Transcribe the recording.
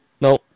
No